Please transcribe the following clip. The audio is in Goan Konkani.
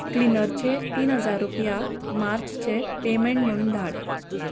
क्लिनरचेर तीन हजार रुपया मार्चचे पेमँट म्हणून धाड